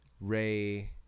Ray